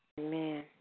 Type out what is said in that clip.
Amen